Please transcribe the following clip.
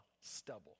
stubble